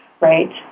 right